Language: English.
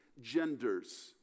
genders